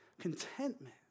contentment